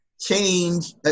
change